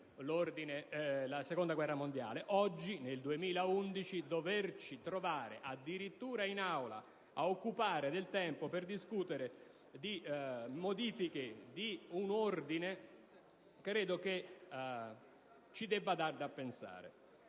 la Seconda guerra mondiale. Oggi, nel 2011, il fatto di trovarci addirittura in Aula ad occupare del tempo per discutere di modifiche ad un Ordine credo debba dare da pensare,